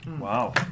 Wow